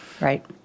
Right